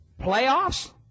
Playoffs